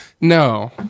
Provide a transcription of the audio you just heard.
No